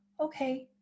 okay